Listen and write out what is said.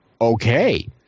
Okay